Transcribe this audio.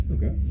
Okay